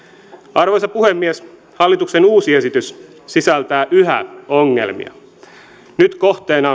arvoisa puhemies hallituksen uusi esitys sisältää yhä ongelmia nyt kohteena